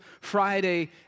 Friday